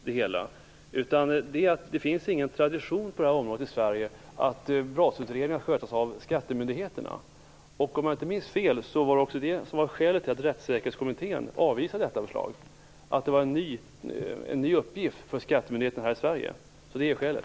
Det finns ingen tradition på det här området i Sverige, alltså att brottsutredningar skötes av skattemyndigheterna. Om jag inte minns fel, var det också det som var skälet till att Rättssäkerhetskommittén avvisade detta förslag. Det var en ny uppgift för Skattemyndigheten här i Sverige. Det är skälet.